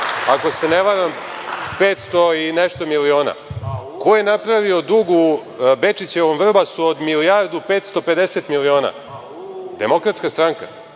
ako se ne varam 500 i nešto miliona? Ko je napravio dug u Bečićevom Vrbanju od milijardu 550 miliona? Demokratska stranka.